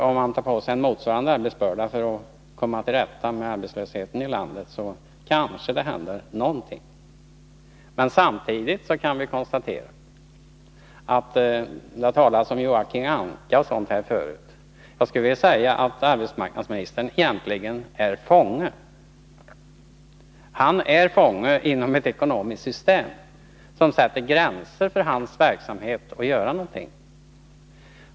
Om han tar på sig en motsvarande ämbetsbörda för att komma till rätta med arbetslösheten i landet, händer det kanske någonting. Men samtidigt kan vi konstatera att det här förut har talats om Joakim von Anka. Jag skulle vilja säga att arbetsmarknadsministern egentligen är fånge inom ett ekonomiskt system som sätter gränser för hans verksamhet och möjlighet att göra någonting.